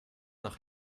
nach